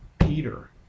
Peter